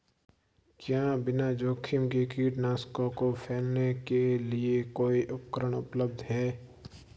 क्या बिना जोखिम के कीटनाशकों को फैलाने के लिए कोई उपकरण उपलब्ध है?